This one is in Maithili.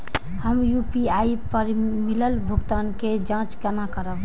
हम यू.पी.आई पर मिलल भुगतान के जाँच केना करब?